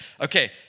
Okay